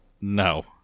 No